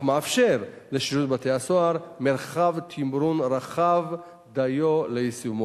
מאפשר לשירות בתי-הסוהר מרחב תמרון רחב דיו ליישומו.